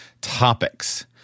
topics